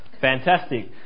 Fantastic